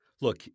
look